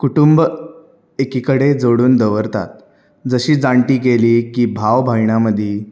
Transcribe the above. कुटूंब एकिकडे जोडून दवरतात जशीं जाण्टीं गेलीं की भाव भयणां मदीं